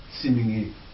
seemingly